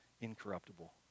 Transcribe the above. incorruptible